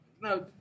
No